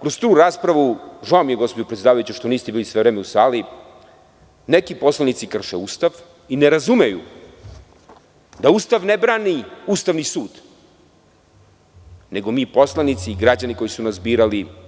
kroz tu raspravu, žao mi je gospođo predsedavajuća što niste bili sve vreme u sali, neki poslanice krše Ustav i ne razumeju da Ustav ne brani Ustavni sud, nego mi poslanici i građani koji su nas birali.